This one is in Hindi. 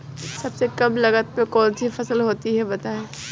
सबसे कम लागत में कौन सी फसल होती है बताएँ?